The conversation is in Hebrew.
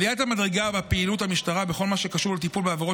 עליית המדרגה ופעילות המשטרה בכל מה שקשור לטיפול בעבירות